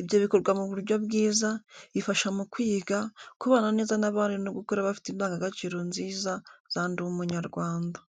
Ibyo bikorwa mu buryo bwiza, bifasha mu kwiga, kubana neza n’abandi no gukura bafite indangagaciro nziza, za Ndi Umunyarwanda.